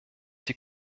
die